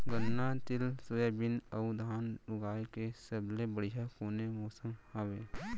गन्ना, तिल, सोयाबीन अऊ धान उगाए के सबले बढ़िया कोन मौसम हवये?